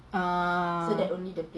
ah